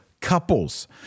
couples